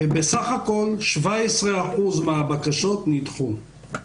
בסך הכל, 17% מהבקשות נדחו.